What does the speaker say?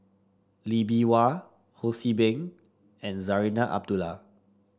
Lee Bee Wah Ho See Beng and Zarinah Abdullah